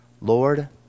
Lord